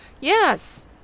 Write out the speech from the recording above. Yes